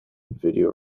video